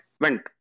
went